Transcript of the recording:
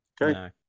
Okay